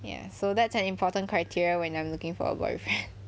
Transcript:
ya so that's an important criteria when I'm looking for a boyfriend